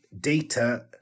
data